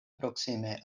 proksime